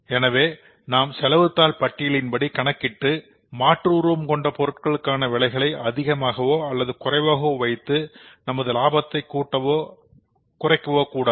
எனவே நாம் செலவுத்தாள்பட்டியலின்படி கணக்கிட்டு மாற்று உருவம் கொண்ட பொருட்களுக்கான விலைகளை அதிகமாகவோ அல்லது குறைவாகவோ வைத்து நமது லாபத்தை கூட்டவோ குறைக்கவோ கூடாது